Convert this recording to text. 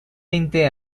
veinte